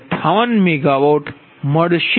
58MW મળશે